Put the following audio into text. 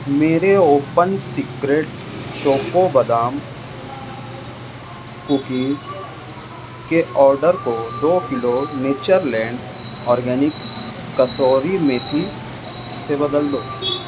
میرے open secret choco بادام cookies کے آڈر کو دو kilo Natureland organics kasuri methi سے بدل دو